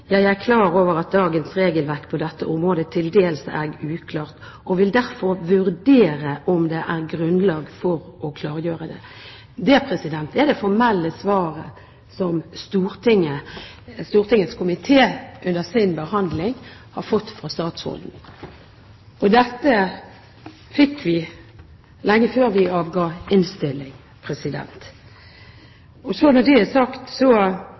er klar over at dagens regelverk på dette området til dels er uklart og vil derfor vurdere om det er grunnlag for å klargjøre det.» Det er det formelle svaret som Stortingets helse- og omsorgskomité under sin behandling har fått fra statsråden. Det fikk vi lenge før vi avga innstilling. Når det er sagt, er jeg selvfølgelig glad for at Regjeringen har satt i gang arbeidet. Det er